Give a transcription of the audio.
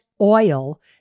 oil